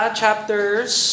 chapters